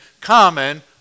common